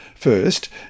First